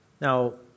Now